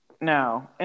No